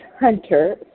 Hunter